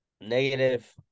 Negative